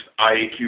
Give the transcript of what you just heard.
IAQ